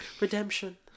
Redemption